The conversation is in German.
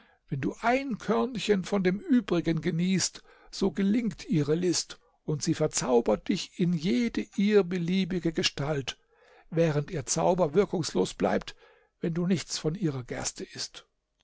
wenn du ein körnchen von dem übrigen genießt so gelingt ihre list und sie verzaubert dich in jede ihr beliebige gestalt während ihr zauber wirkungslos bleibt wenn du nichts von ihrer gerste ißt